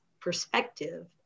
perspective